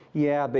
yeah, but